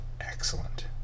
excellent